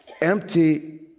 empty